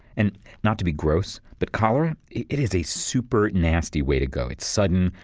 and not to be gross, but cholera it it is a super nasty way to go. it sudden,